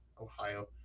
Ohio